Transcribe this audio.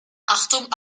achtung